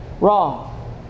wrong